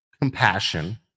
compassion